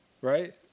right